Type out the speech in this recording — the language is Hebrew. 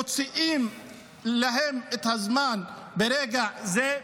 מוצאים להם את הזמן ברגע זה,